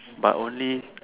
but only